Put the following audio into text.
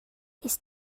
ist